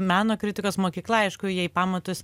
meno kritikos mokykla aišku jai pamatus